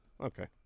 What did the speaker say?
Okay